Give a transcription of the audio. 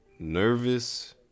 Nervous